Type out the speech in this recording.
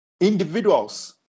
individuals